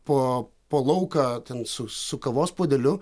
po po lauką ten su su kavos puodeliu